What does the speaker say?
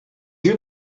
you